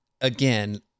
again